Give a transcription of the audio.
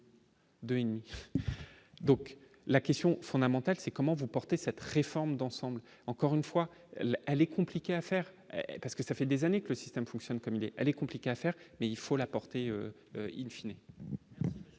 donc la question fondamentale, c'est comment vous portez cette réforme d'ensemble, encore une fois, là elle est compliqué à faire parce que ça fait des années que le système fonctionne comme elle est compliqué à faire, mais il faut la portée in fine et.